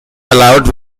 aloud